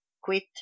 quit